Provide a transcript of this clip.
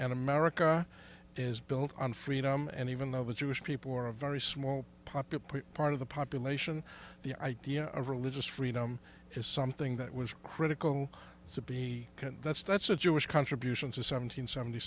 and america is built on freedom and even though the jewish people are a very small popular part of the population the idea of religious freedom is something that was critical to be can that's that's a jewish contribution to seven hundred seventy